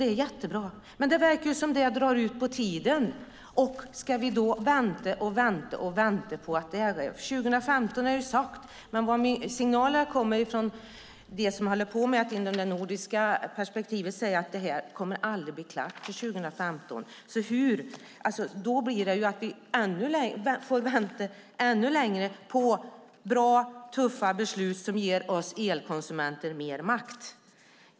Det är jättebra, men det verkar som att det drar ut på tiden. Ska vi då vänta och vänta på att det blir av? År 2015 är det sagt, men signalerna från dem som har det nordiska perspektivet är att det här inte kommer att bli klart till 2015. Då får vi vänta ännu längre på bra och tuffa beslut som ger oss elkonsumenter mer makt.